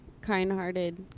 kind-hearted